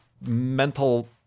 mental